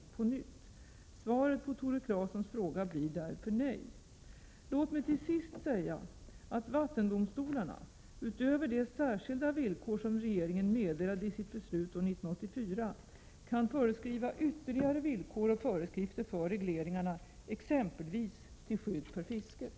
Svaret på Tore 30 maj 1988 Claesons fråga blir därför nej. Ompl dreglerin, Låt mig till sist säga att vattendomstolarna, utöver de särskilda villkor som fr SEE SS > ån a ä An av Härjeåsjön och regeringen meddelade i sitt beslut år 1984, kan ställa ytterligare villkor och Smedjemorasjön lämna fler föreskrifter för regleringarna, exempelvis till skydd för fisket.